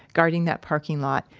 guarding that parking lot,